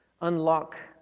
Unlock